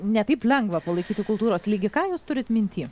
ne taip lengva palaikyti kultūros lygį ką jūs turit minty